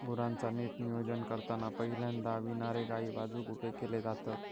गुरांचा नीट नियोजन करताना पहिल्यांदा विणारे गायी बाजुक उभे केले जातत